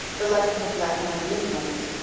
the licence of life among the indians,